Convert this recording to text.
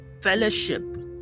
fellowship